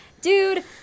dude